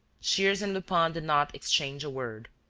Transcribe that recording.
shears and lupin did not exchange a word.